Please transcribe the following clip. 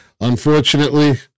unfortunately